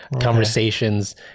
conversations